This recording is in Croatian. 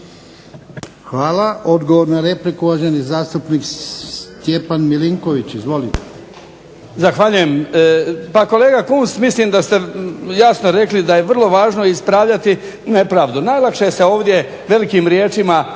Hvala. Odgovor na repliku uvaženi zastupnik Stjepan Milinković, izvolite.